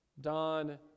Don